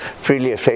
Freely